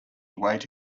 await